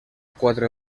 quatre